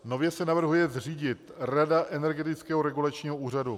Nově se navrhuje zřídit Rada Energetického regulačního úřadu.